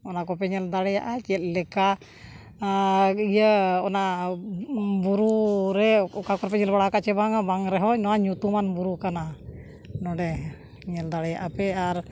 ᱚᱱᱟ ᱠᱚᱯᱮ ᱧᱮᱞ ᱫᱟᱲᱮᱭᱟᱜᱼᱟ ᱪᱮᱫ ᱞᱮᱠᱟ ᱤᱭᱟᱹ ᱚᱱᱟ ᱵᱩᱨᱩᱨᱮ ᱚᱠᱟ ᱠᱚᱨᱮ ᱯᱮ ᱧᱮᱞ ᱵᱟᱲᱟ ᱟᱠᱟᱫᱟ ᱥᱮ ᱵᱟᱝᱼᱟ ᱵᱟᱝ ᱨᱮᱦᱚᱸ ᱱᱚᱣᱟ ᱧᱩᱛᱩᱢᱟᱱ ᱵᱩᱨᱩ ᱠᱟᱱᱟ ᱱᱚᱸᱰᱮ ᱧᱮᱞ ᱫᱟᱲᱮᱭᱟᱜᱼᱟᱯᱮ ᱟᱨ